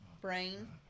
brain